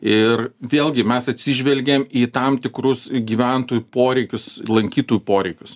ir vėlgi mes atsižvelgiam į tam tikrus gyventojų poreikius lankytojų poreikius